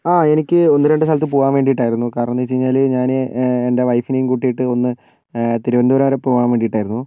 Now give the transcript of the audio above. ആ എനിക്ക് ഒന്ന് രണ്ട് സ്ഥലത്ത് പോകാൻ വേണ്ടിയിട്ടായിരുന്നു കാരണം എന്ന് വെച്ച് കഴിഞ്ഞാല് ഞാന് എൻ്റെ വൈഫിനെയും കൂട്ടിയിട്ട് ഒന്ന് തിരുവനന്തപുരം വരേ പോകാൻ വേണ്ടിയിട്ടായിരുന്നു